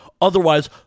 Otherwise